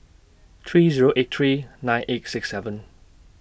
three Zero eight three nine eight six seven